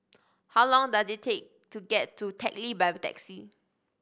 how long does it take to get to Teck Lee by taxi